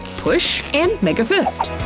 push and make a fist!